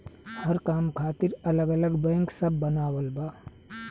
हर काम खातिर अलग अलग बैंक सब बनावल बा